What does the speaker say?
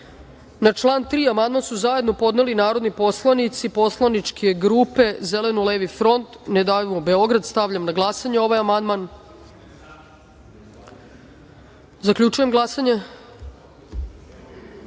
član 7. amandman su zajedno podneli narodni poslanici poslaničke grupe Zeleno-levi front, Ne davimo Beograd. Stavljam na glasanje ovaj amandman. Zaključujem glasanje: